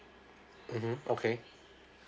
mmhmm okay